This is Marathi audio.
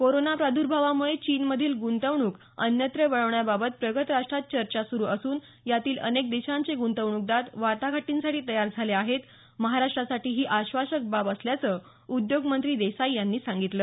कोरोना प्रादुर्भावामुळे चीनमधील ग्रुंतवणूक अन्यत्र वळवण्याबाबत प्रगत राष्ट्रात चर्चा सुरू असून यातील अनेक देशांचे ग्रंतवणूकदार वाटाघाटींसाठी तयार झाले आहेत महाराष्टासाठी ही आश्वासक बाब असल्याचं उद्योग मंत्री देसाई यांनी सांगितलं